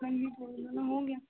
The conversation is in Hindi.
हाँ यह तो दोनों हो गया